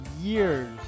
years